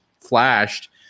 flashed